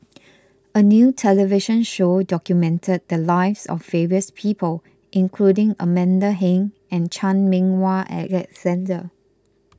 a new television show documented the lives of various people including Amanda Heng and Chan Meng Wah Alexander